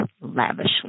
lavishly